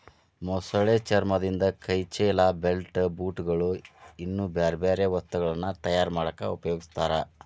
ಮೊಸಳೆ ಚರ್ಮದಿಂದ ಕೈ ಚೇಲ, ಬೆಲ್ಟ್, ಬೂಟ್ ಗಳು, ಇನ್ನೂ ಬ್ಯಾರ್ಬ್ಯಾರೇ ವಸ್ತುಗಳನ್ನ ತಯಾರ್ ಮಾಡಾಕ ಉಪಯೊಗಸ್ತಾರ